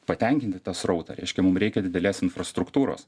patenkinti tą srautą reiškia mum reikia didelės infrastruktūros